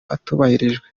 atubahirijwe